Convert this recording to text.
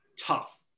tough